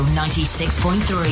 96.3